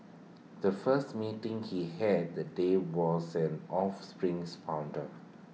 the first meeting he had the day was an offspring's founder